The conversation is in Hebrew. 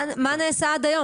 מה נעשה עד היום?